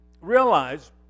realize